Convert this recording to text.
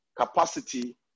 capacity